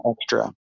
extra